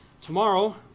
Tomorrow